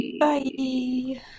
Bye